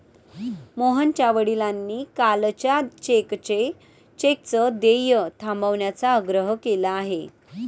मोहनच्या वडिलांनी कालच्या चेकचं देय थांबवण्याचा आग्रह केला आहे